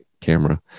camera